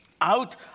out